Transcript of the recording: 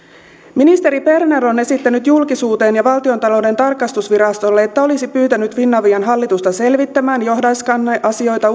ministeri berner on esittänyt julkisuuteen ja valtiontalouden tarkastusvirastolle että olisi pyytänyt finavian hallitusta selvittämään johdannaiskanneasioita